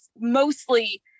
mostly